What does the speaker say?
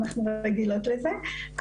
ואנחנו רגילות לזה,